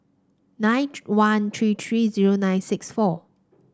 nine one three three zero nine six four